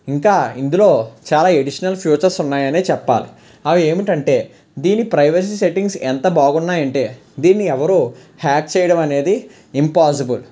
ఇంకా ఇందులో చాలా ఎడిషనల్ ఫ్యూచర్స్ ఉన్నాయనే చెప్పాలి అవి ఏమిటంటే దీని ప్రైవసీ సెట్టింగ్స్ ఎంత బాగున్నాయంటే దీన్ని ఎవరు హ్యాక్ చేయడం అనేది ఇంపాజిబుల్